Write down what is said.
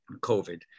COVID